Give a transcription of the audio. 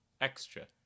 extra